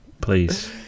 please